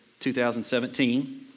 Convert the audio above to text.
2017